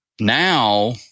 now